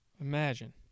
Imagine